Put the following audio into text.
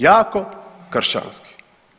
Jako kršćanski.